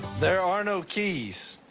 there are no keys.